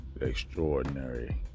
extraordinary